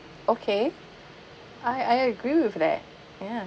okay I I agree with that ya